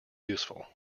useful